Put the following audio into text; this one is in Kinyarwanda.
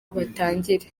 batangire